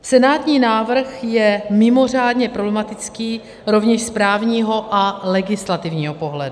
Senátní návrh je mimořádně problematický rovněž z právního a legislativního pohledu.